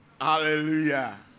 Hallelujah